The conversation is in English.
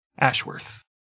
Ashworth